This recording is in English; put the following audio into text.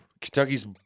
Kentucky's